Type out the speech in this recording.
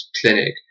clinic